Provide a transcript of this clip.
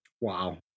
Wow